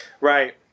Right